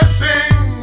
sing